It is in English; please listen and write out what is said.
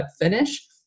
finish